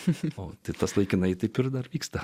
seifo titas laikinai taip ir dar vyksta